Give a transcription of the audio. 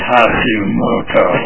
Hashimoto